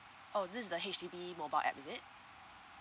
oh this is the H_D_B mobile app is it